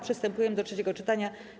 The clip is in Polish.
Przystępujemy do trzeciego czytania.